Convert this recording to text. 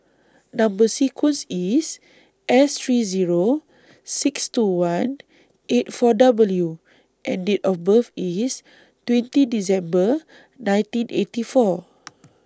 Number sequence IS S three Zero six two one eight four W and Date of birth IS twenty December nineteen eighty four